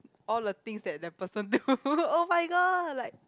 all the things that that person do oh-my-god like